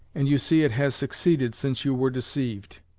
and you see it has succeeded, since you were deceived.